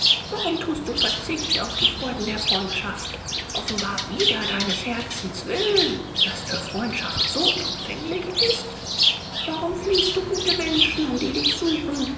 warum tust du verzicht auf die freuden der freundschaft offenbar wider deines herzens willen das für freundschaft so empfänglich ist warum fliehst du gute menschen die dich suchen